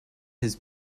his